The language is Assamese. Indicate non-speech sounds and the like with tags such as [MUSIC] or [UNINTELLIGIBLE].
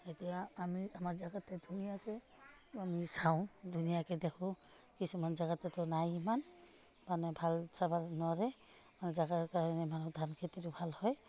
এতিয়া আমি আমাৰ জেগাতে ধুনীয়াকৈ আমি চাওঁ ধুনীয়াকৈ দেখোঁ কিছুমান জেগাততো নাই ইমান মানে ভাল চাব নোৱাৰে [UNINTELLIGIBLE] জেগা কাৰণে মানুহ ধান খেতিটো ভাল হয়